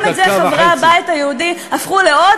גם את זה חברי הבית היהודי הפכו לעוד